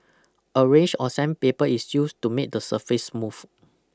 a range of sandpaper is used to make the surface smooth